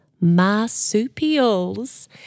marsupials